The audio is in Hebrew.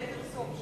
אולי בדיון בוועדה,